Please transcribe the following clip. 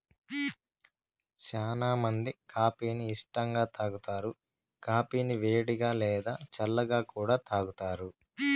చానా మంది కాఫీ ని ఇష్టంగా తాగుతారు, కాఫీని వేడిగా, లేదా చల్లగా కూడా తాగుతారు